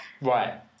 Right